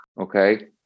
okay